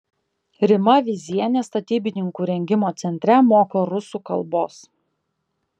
rima vyzienė statybininkų rengimo centre moko rusų kalbos